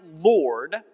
Lord